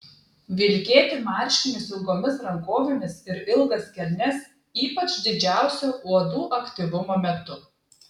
vilkėti marškinius ilgomis rankovėmis ir ilgas kelnes ypač didžiausio uodų aktyvumo metu